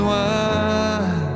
one